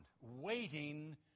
waiting